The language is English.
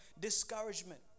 discouragement